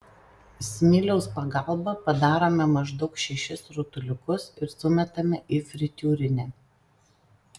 smiliaus pagalba padarome maždaug šešis rutuliukus ir sumetame į fritiūrinę